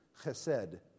chesed